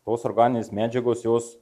tos organinės medžiagos jos